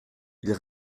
ils